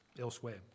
elsewhere